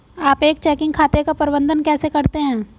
आप एक चेकिंग खाते का प्रबंधन कैसे करते हैं?